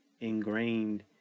ingrained